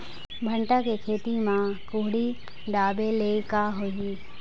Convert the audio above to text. भांटा के खेती म कुहड़ी ढाबे ले का होही?